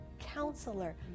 counselor